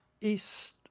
east